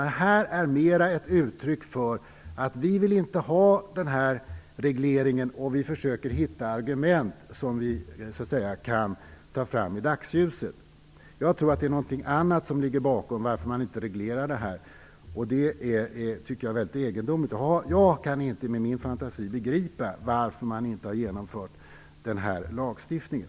Det är snarast ett uttryck för att vi inte vill ha en reglering, och vi försöker hitta argument för detta som vi kan ta fram i dagsljuset. Jag tror dock att det är någonting annat som ligger bakom att man inte reglerar det här, något som är mycket egendomligt. Jag kan inte begripa varför man inte har genomfört den här lagstiftningen.